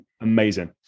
amazing